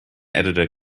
editor